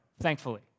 thankfully